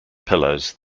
pillows